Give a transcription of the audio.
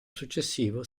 successivo